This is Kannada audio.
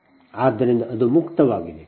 ಆದ್ದರಿಂದ ಅದು ಮುಕ್ತವಾಗಿದೆ